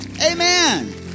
Amen